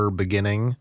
beginning